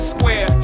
Square